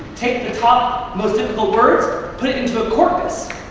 take the top most difficult words put it into a corpus,